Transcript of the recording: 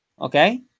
Okay